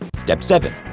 step seven.